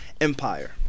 empire